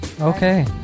Okay